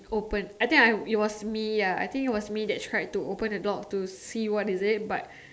open I think I ya was me ya I think it was me that tried to open the door to see what is it but